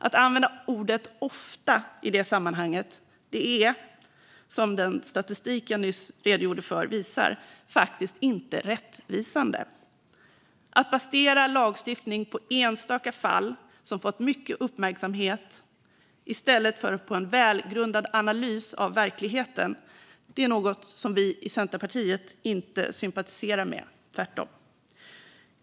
Att använda ordet "ofta" i det sammanhanget är - som den statistik jag nyss redogjorde för visar - faktiskt inte rättvisande. Att basera lagstiftning på enstaka fall som fått mycket uppmärksamhet, i stället för på en välgrundad analys av verkligheten, är något som vi i Centerpartiet inte sympatiserar med - tvärtom.